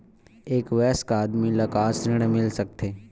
एक वयस्क आदमी ला का ऋण मिल सकथे?